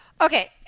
Okay